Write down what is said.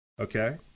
Okay